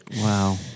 Wow